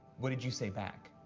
what did you say back?